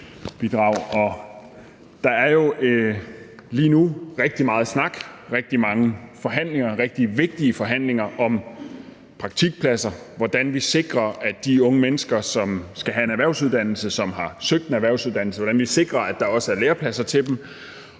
Der er jo lige nu rigtig meget snak, rigtig mange forhandlinger, rigtig vigtige forhandlinger om praktikpladser, altså hvordan vi sikrer, at de unge mennesker, som skal have en erhvervsuddannelse, og som har søgt en erhvervsuddannelse, også kan få en læreplads. Hele den